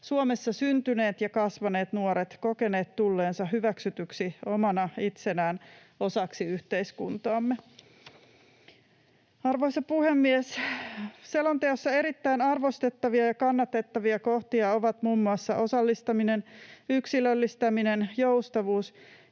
Suomessa syntyneet ja kasvaneet nuoret kokeneet tulleensa hyväksytyksi omana itsenään osaksi yhteiskuntaamme. Arvoisa puhemies! Selonteossa erittäin arvostettavia ja kannatettavia kohtia ovat muun muassa osallistaminen, yksilöllistäminen, joustavuus